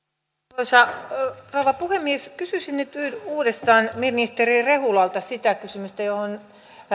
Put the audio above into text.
arvoisa rouva puhemies kysyisin nyt uudestaan ministeri rehulalta sitä kysymystä johon